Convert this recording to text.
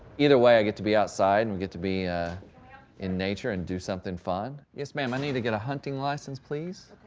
either way i get to be outside, and we get to be in nature and do something fun. yes ma'am, i need to get a hunting license please.